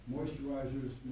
Moisturizers